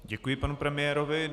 Děkuji panu premiérovi.